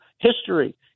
history